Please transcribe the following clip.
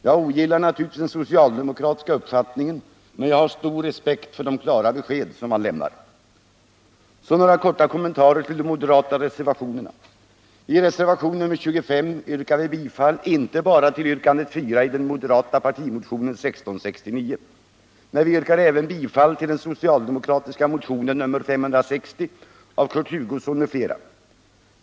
Jag ogillar naturligtvis den socialdemokratiska uppfattningen, men jag har stor respekt för de klara besked som lämnats. Så några korta kommentarer till en del av moderatreservationerna. I reservationen 25 yrkar vi bifall inte bara till yrkande 4 i den moderata partimotionen 1669. Nej, vi yrkar även bifall till den socialdemokratiska motionen 560 av Kurt Hugosson m.fl.